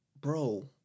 bro